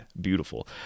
Beautiful